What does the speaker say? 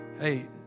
hey